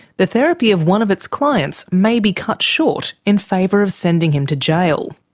the therapy of one of its clients may be cut short in favour of sending him to jail.